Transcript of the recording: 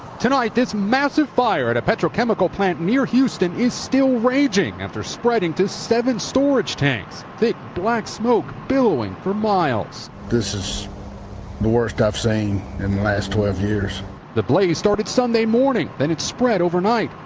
tonight this massive fire at a petrochemical plant near houston is still raging after spreading to seven storage tanks. thick black smoke billowing for miles. this is the worst i've seen in the last twelve years. reporter the blaze started sunday morning, then it spread overnight.